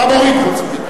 אתה מוריד חוץ וביטחון.